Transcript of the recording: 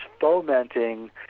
fomenting